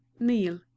kneel